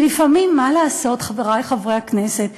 כי לפעמים, מה לעשות, חברי חברי הכנסת,